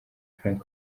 frank